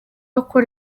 ukora